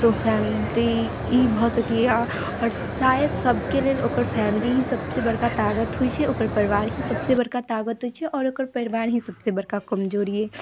तो फैमिली ई भऽ सकैए आओर शायद सभकेलेल ओकर फैमिली ही सभसँ बड़का ताकत होइ छै ओकर परिवार ही सभसँ बड़का ताकत होइ छै आओर ओकर परिवार ही सभसँ बड़का कमजोरी